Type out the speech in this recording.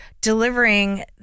delivering